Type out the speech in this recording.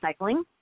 recycling